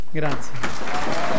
grazie